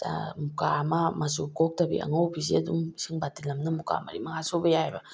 ꯃꯨꯀꯥ ꯑꯃ ꯃꯆꯨ ꯀꯣꯛꯇꯕꯤ ꯑꯉꯧꯕꯤꯁꯦ ꯑꯗꯨꯝ ꯏꯁꯤꯡ ꯕꯥꯇꯤꯟ ꯑꯃꯅ ꯃꯔꯤ ꯃꯉꯥ ꯃꯔꯤ ꯃꯉꯥ ꯁꯨꯕ ꯌꯥꯏꯌꯦꯕ